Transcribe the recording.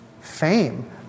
fame